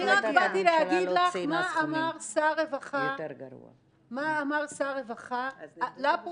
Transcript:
אני רק באתי להגיד לך מה אמר שר רווחה לפרוטוקול.